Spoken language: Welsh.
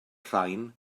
rhain